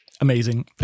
Amazing